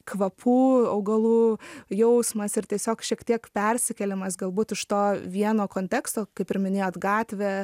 kvapų augalų jausmas ir tiesiog šiek tiek persikėlimas galbūt iš to vieno konteksto kaip ir minėjot gatvę